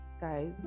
guys